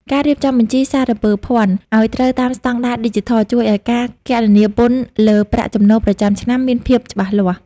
ការរៀបចំបញ្ជីសារពើភ័ណ្ឌឱ្យត្រូវតាមស្តង់ដារឌីជីថល ជួយឱ្យការគណនាពន្ធលើប្រាក់ចំណូលប្រចាំឆ្នាំមានភាពច្បាស់លាស់។